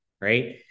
right